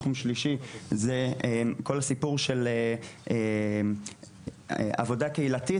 התחום השלישי הוא כל הסיפור של עבודה קהילתית